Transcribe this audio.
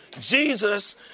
Jesus